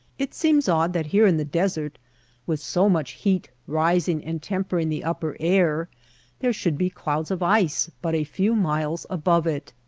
it seems odd that here in the desert with so much heat rising and tempering the upper air there should be clouds of ice but a few miles above it.